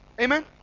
Amen